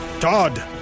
Todd